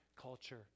culture